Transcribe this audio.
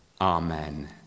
Amen